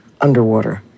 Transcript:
underwater